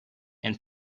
and